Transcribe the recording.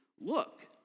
Look